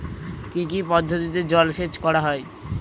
কি কি পদ্ধতিতে জলসেচ করা হয়?